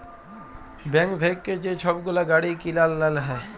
bank থ্যাইকে যে ছব গুলা গাড়ি কিলার লল হ্যয়